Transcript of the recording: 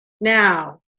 now